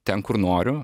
ten kur noriu